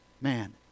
man